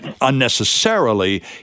unnecessarily